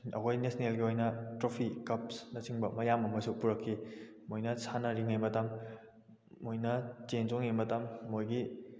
ꯑꯩꯈꯣꯏ ꯅꯦꯁꯅꯦꯜꯒꯤ ꯑꯣꯏꯅ ꯇ꯭ꯔꯣꯐꯤ ꯀꯞꯁꯅꯆꯤꯡꯕ ꯃꯌꯥꯝ ꯑꯃꯁꯨ ꯄꯨꯔꯛꯈꯤ ꯃꯣꯏꯅ ꯁꯥꯟꯅꯔꯤꯉꯩ ꯃꯇꯝ ꯃꯣꯏꯅ ꯆꯦꯟ ꯆꯣꯡꯂꯤꯉꯩꯒꯤ ꯃꯇꯝ ꯃꯣꯏꯒꯤ